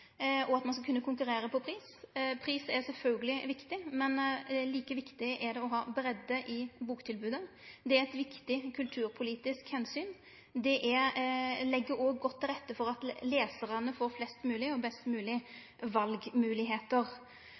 og at ein skal kunne konkurrere på pris. Pris er sjølvsagt viktig, men like viktig er det at boktilbodet er breitt. Det er eit viktig kulturpolitisk omsyn. Det legg òg godt til rette for at lesarane får flest moglege og best